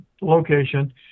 location